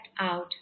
out